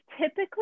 typically